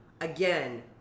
Again